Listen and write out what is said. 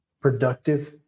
productive